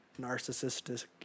narcissistic